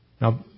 Now